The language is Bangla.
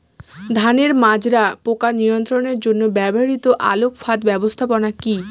ধানের মাজরা পোকা নিয়ন্ত্রণের জন্য ব্যবহৃত আলোক ফাঁদ ব্যবস্থাপনা কি?